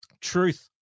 truth